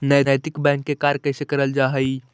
नैतिक बैंक में कार्य कैसे करल जा हई